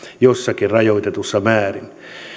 jossakin rajoitetussa määrin